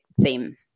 theme